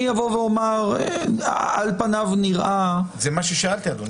זה מה ששאלתי, אדוני.